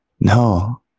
no